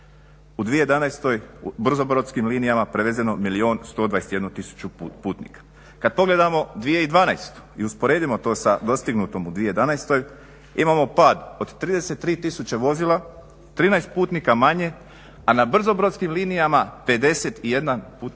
U 2011.u brzobrodskim linijama prevezeno milijun 121 tisuću putnika. Kada pogledamo 2012.i usporedimo to sa dostignutom u 2011.imamo pad od 33 tisuće vozila 13 putnika manje, a na brzobrodskim linijama 51tisuća putnika